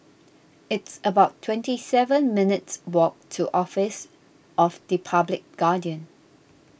it's about twenty seven minutes' walk to Office of the Public Guardian